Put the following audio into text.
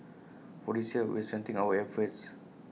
for this year we're strengthening our efforts